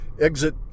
exit